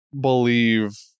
believe